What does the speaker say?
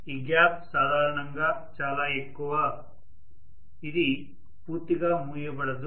ఈ గ్యాప్ సాధారణంగా చాలా ఎక్కువ ఇది పూర్తిగా మూయబడదు